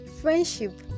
friendship